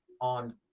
on